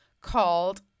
called